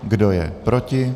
Kdo je proti?